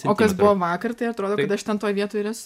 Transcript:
o kas buvo vakar tai atrodo kaš aš ten toj vietoj ir esu